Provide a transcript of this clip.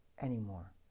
anymore